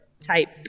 type